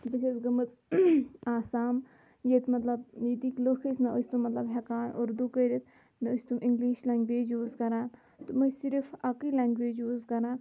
بہٕ چھَس گٔمٕژ آسام ییٚتہِ مطلب ییٚتِکۍ لُکھ ٲسۍ نہٕ ٲسۍ تِم مطلب ہیٚکان اردو کٔرِتھ نہ ٲسۍ تِم اِنگلِش لینگویج یوٗز کَران تِم ٲسۍ صِرف اَکٕے لینگویج یوٗز کَران